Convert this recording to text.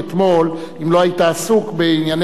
אם לא היית עסוק בענייניך הציבוריים,